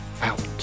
out